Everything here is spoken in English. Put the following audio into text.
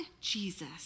Jesus